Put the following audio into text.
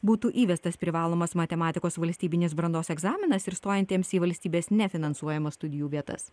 būtų įvestas privalomas matematikos valstybinis brandos egzaminas ir stojantiems į valstybės nefinansuojamas studijų vietas